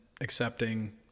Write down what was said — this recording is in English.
accepting